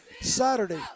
Saturday